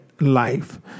life